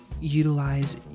utilize